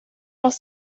más